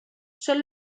són